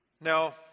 Now